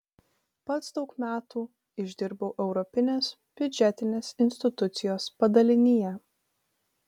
pats daug metų išdirbau europinės biudžetinės institucijos padalinyje